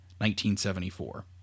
1974